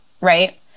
right